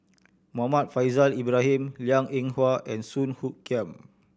Muhammad Faishal Ibrahim Liang Eng Hwa and Song Hoot Kiam